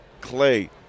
clay